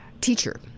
teacher